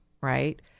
right